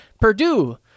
Purdue